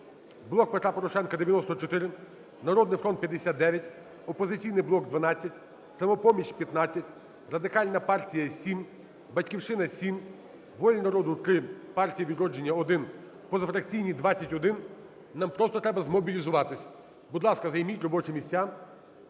"Блок Петра Порошенка" – 94, "Народний фронт" – 59, "Опозиційний блок" – 12, "Самопоміч" – 15, Радикальна партія – 7, "Батьківщина" – 7, "Воля народу" – 3, "Партія "Відродження" – 1, позафракційні – 21. Нам просто треба змобілізуватись. Будь ласка, займіть робочі місця